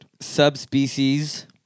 subspecies